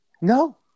No